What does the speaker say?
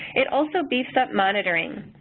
it also beefed up monitoring.